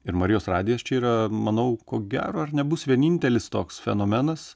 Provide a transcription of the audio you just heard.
ir marijos radijas čia yra manau ko gero ar nebus vienintelis toks fenomenas